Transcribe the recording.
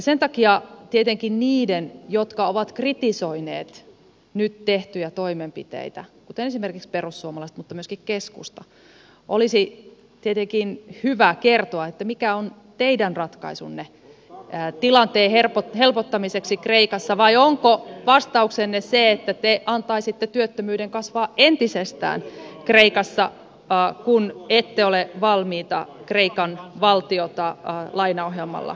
sen takia tietenkin teidän jotka olette kritisoineet nyt tehtyjä toimenpiteitä kuten esimerkiksi perussuomalaiset mutta myöskin keskusta olisi hyvä kertoa mikä on teidän ratkaisunne tilanteen helpottamiseksi kreikassa vai onko vastauksenne se että te antaisitte työttömyyden kasvaa entisestään kreikassa kun ette ole valmiita kreikan valtiota lainaohjelmalla tukemaan